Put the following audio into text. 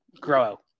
grow